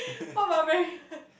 what barbarian